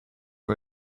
for